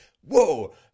Whoa